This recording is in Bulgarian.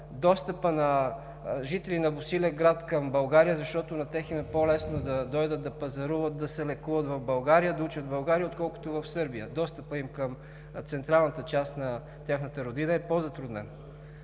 достъпа на жители на Босилеград към България, защото на тях им е по-лесно да дойдат да пазаруват, да се лекуват в България, да учат в България, отколкото в Сърбия. Достъпът им към централната част на тяхната родина е по-затруднен.